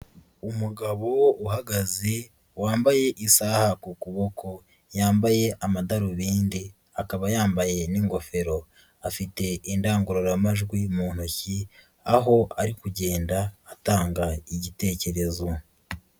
Umugabo uhagaze wambaye isaha ku kuboko, yambaye amadarubindi, akaba yambaye n'ingofero, afite indangururamajwi mu ntoki, aho ari kugenda atanga igitekerezo.